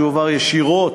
שיועבר ישירות,